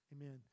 Amen